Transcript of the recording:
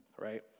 right